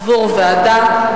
עבור ועדה,